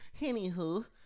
anywho